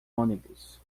ônibus